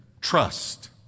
trust